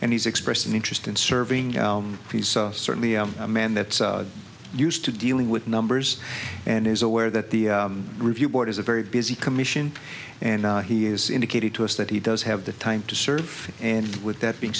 and he's expressed an interest in serving he's certainly a man that used to dealing with numbers and is aware that the review board is a very busy commission and he has indicated to us that he does have the time to serve and with that being